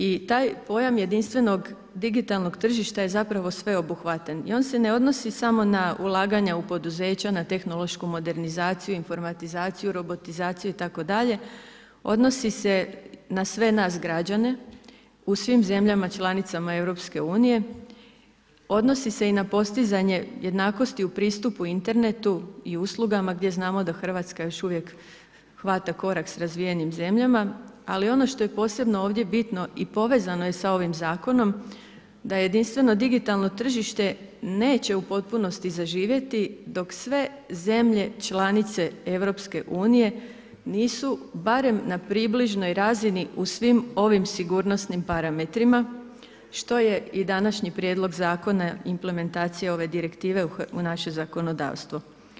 I taj pojam jedinstvenog digitalnog tržišta je sveobuhvatan i on se ne odnosi samo na ulaganja u poduzeća na tehnološku modernizaciju, informatizaciju, robotizaciju itd., odnosi se na sve nas građane u svim zemljama članicama EU, odnosi se i na postizanje jednakosti u pristupu internetu i uslugama gdje znamo da Hrvatska još uvijek hvata korak s razvijenim zemljama, ali ono što je posebno ovdje bitno i povezano je sa ovim zakonom da jedinstveno digitalno tržište neće u potpunosti zaživjeti dok sve zemlje članice EU nisu barem na približnoj razini u svim ovim sigurnosnim parametrima što je i današnji prijedlog zakona implementacija ove direktive u naše zakonodavstvo.